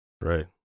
Right